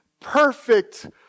perfect